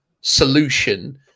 solution